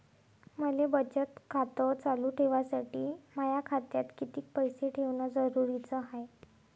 मले बचत खातं चालू ठेवासाठी माया खात्यात कितीक पैसे ठेवण जरुरीच हाय?